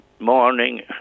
morning